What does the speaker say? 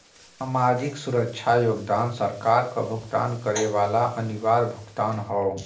सामाजिक सुरक्षा योगदान सरकार क भुगतान करे वाला अनिवार्य भुगतान हौ